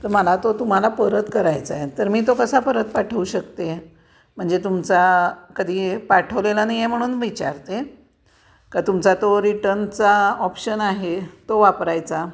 तर मला तो तुम्हाला परत करायचा आहे तर मी तो कसा परत पाठवू शकते म्हणजे तुमचा कधी पाठवलेला नाही आहे म्हणून विचारते का तुमचा तो रिटर्नचा ऑप्शन आहे तो वापरायचा